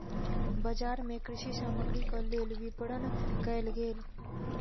बजार मे कृषि सामग्रीक लेल विपरण कयल गेल